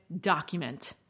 document